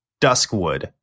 Duskwood